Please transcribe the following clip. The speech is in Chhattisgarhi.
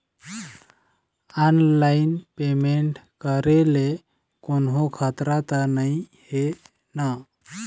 ऑनलाइन पेमेंट करे ले कोन्हो खतरा त नई हे न?